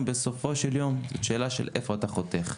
שבסופו של יום זאת שאלה של איפה אתה חותך.